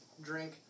drink